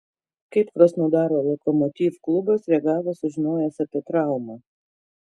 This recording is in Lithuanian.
kaip krasnodaro lokomotiv klubas reagavo sužinojęs apie traumą